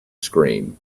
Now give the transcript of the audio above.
scream